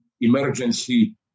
emergency